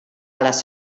les